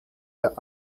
der